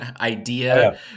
idea